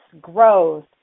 growth